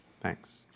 Thanks